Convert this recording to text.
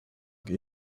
plug